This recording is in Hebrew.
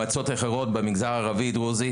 זה נבנה לאורך 46 שנה.